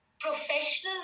Professionals